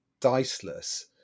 diceless